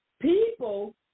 people